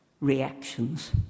reactions